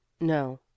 No